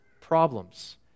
problems